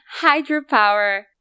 Hydropower